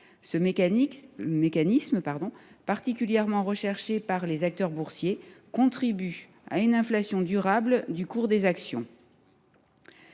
Ce mécanisme particulièrement recherché par les acteurs boursiers contribue à une inflation durable du cours des actions.